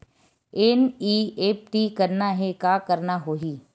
NEFT करना हे का करना होही?